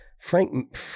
frank